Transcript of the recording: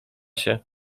się